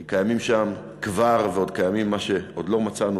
כי קיימים שם כבר וקיימים מה שעוד לא מצאנו,